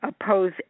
oppose